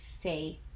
faith